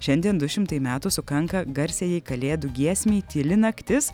šiandien du šimtai metų sukanka garsiajai kalėdų giesmei tyli naktis